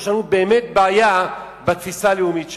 יש לנו באמת בעיה בתפיסה הלאומית שלנו.